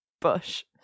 Bush